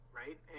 right